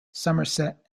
somerset